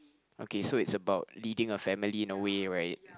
okay so it's about leading a family in a way right